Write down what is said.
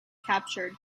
captured